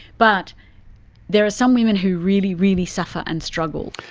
but there are some women who really, really suffer and struggle.